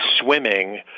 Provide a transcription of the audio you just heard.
swimming